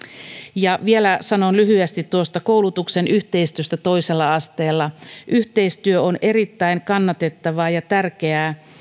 ja vielä sanon lyhyesti koulutuksen yhteistyöstä toisella asteella yhteistyö on erittäin kannatettavaa ja on tärkeää